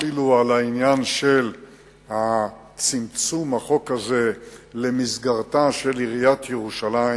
אפילו על העניין של צמצום החוק הזה למסגרתה של עיריית ירושלים,